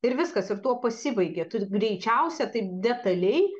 ir viskas ir tuo pasibaigia tu greičiausia taip detaliai